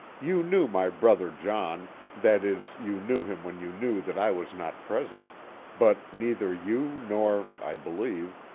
you knew my brother john that is, you knew him when you knew that i was not present but neither you nor, i believe,